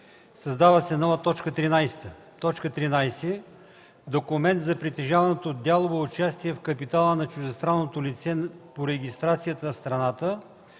се нова т. 13: „13. документ за притежаваното дялово участие в капитала на чуждестранното лице по регистрацията в страната,